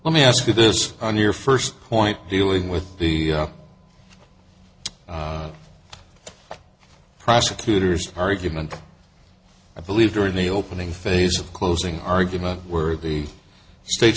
let me ask you this on your first point dealing with the prosecutor's argument i believe during the opening phase of closing argument were the